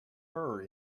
her